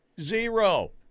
zero